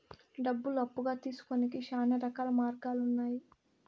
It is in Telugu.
డబ్బులు అప్పుగా తీసుకొనేకి శ్యానా రకాల మార్గాలు ఉన్నాయి